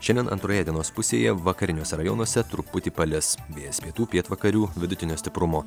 šiandien antroje dienos pusėje vakariniuose rajonuose truputį palis vėjas pietų pietvakarių vidutinio stiprumo